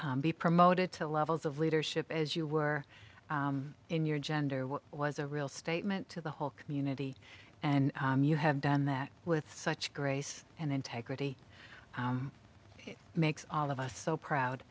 be promoted to levels of leadership as you were in your gender was a real statement to the whole community and you have done that with such grace and integrity it makes all of us so proud